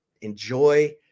enjoy